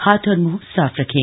हाथ और मुंह साफ रखें